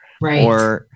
Right